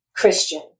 Christian